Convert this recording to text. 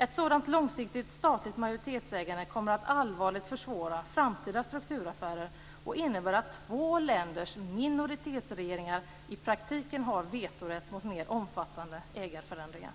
Ett sådant långsiktigt statligt majoritetsägande kommer att allvarligt försvåra framtida strukturaffärer och innebär att två länders minoritetsregeringar i praktiken har vetorätt mot mer omfattande ägarförändringar.